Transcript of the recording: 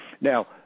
Now